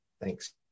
thanks